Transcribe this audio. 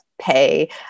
pay